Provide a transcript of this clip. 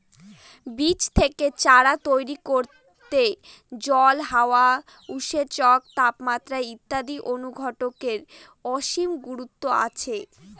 বীজ থেকে চারা তৈরি করতে জল, হাওয়া, উৎসেচক, তাপমাত্রা ইত্যাদি অনুঘটকের অসীম গুরুত্ব আছে